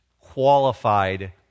qualified